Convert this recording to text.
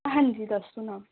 ਹਾਂਜੀ ਦੱਸ ਦਿਓ ਨਾਮ